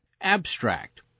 Abstract